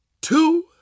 two